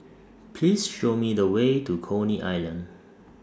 Please Show Me The Way to Coney Island